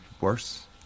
worse